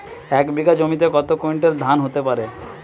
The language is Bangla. এক বিঘা জমিতে কত কুইন্টাল ধান হতে পারে?